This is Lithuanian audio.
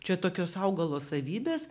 čia tokios augalo savybės